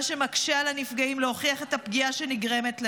מה שמקשה על הנפגעים להוכיח את הפגיעה שנגרמת להם.